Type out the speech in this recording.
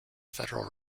federal